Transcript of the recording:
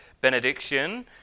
benediction